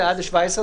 היא עד ה-17,